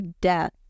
death